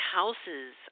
houses